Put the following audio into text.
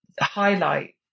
highlight